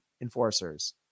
enforcers